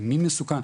למי מסוכן,